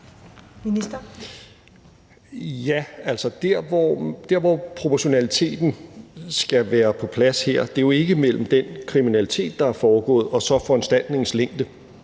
der, hvor proportionaliteten skal være på plads her, er jo ikke mellem den kriminalitet, der er foregået, og så foranstaltningens længde.